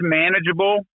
manageable